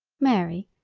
mary,